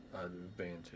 advantage